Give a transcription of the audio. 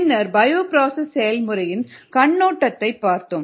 பின்னர் பயோபிராசஸ் செயல்முறையின் கண்ணோட்டத்தைப் பார்த்தோம்